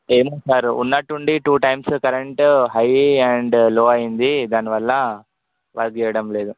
ఏమో సార్ ఉన్నట్టు ఉండి two times current high and low అయింది దానివల్ల వర్క్ చేయడం లేదు